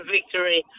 Victory